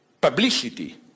Publicity